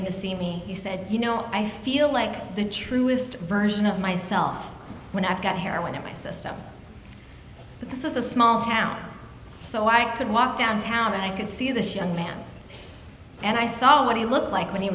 in to see me he said you know i feel like the truest version of myself when i've got heroin in my system but this is a small town so i could walk downtown and i could see this young man and i saw what he looked like when he